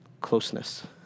closeness